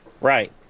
Right